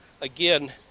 again